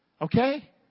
Okay